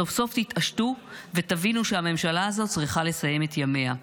סוף-סוף תתעשתו ותבינו שהממשלה הזו צריכה לסיים את ימיה.